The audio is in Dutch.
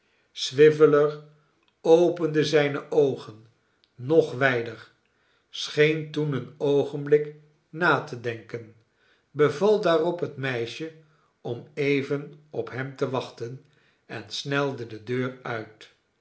swiveller opende zijne oogen nog wijder scheen toen een oogenblik na te denken beval daarop het meisje om even op hem te wachten en snelde de deur uit